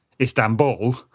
Istanbul